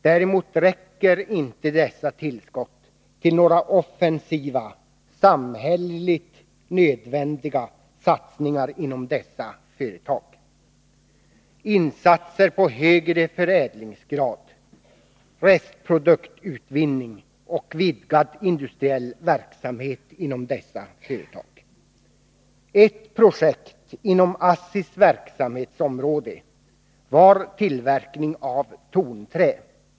Däremot räcker inte dessa tillskott till några offensiva, samhälleligt nödvändiga satsningar inom dessa företag, t.ex. insatser för att få till stånd högre förädlingsgrad, restproduktutvinning och vidgad industriell verksamhet inom företagen. Ett projekt inom ASSI:s verksamhetsområde var tillverkning av tonträ.